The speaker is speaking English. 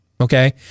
Okay